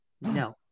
No